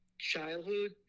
childhood